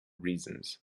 reasons